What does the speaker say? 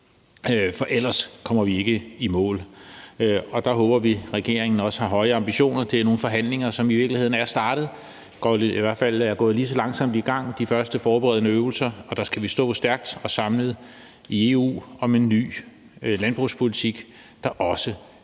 for ellers kommer vi ikke i mål. Der håber vi, at regeringen også har høje ambitioner. Det er nogle forhandlinger, som i virkeligheden er startet. De er i hvert fald gået lige så langsomt i gang, de første forberedende øvelser, og der skal vi stå stærkt og samlet i EU om en ny landbrugspolitik, der også kan